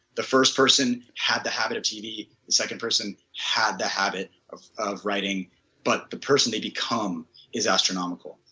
the first person had the habit of tv, the second person had the habit of of writing but the person they become is astronomical.